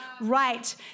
right